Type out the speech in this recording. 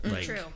True